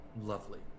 lovely